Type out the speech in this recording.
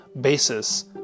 basis